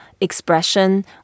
expression